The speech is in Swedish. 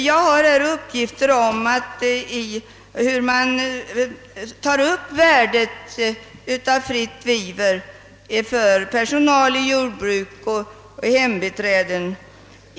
Jag har här uppgifter om hur man tar upp värdet av fritt vivre för personal i jordbruket samt för hembiträden.